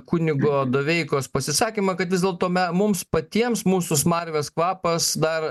kunigo doveikos pasisakymą kad vis dėlto me mums patiems mūsų smarvės kvapas dar